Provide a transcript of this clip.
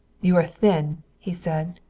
you are thin, he said.